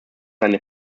eine